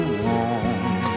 warm